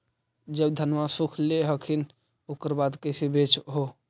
जब धनमा सुख ले हखिन उकर बाद कैसे बेच हो?